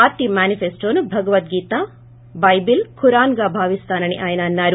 party మేనిఫెస్టోను Bhagavad Gita Bible ఖురాన్గా భావిస్తానని అన్నారు